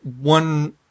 one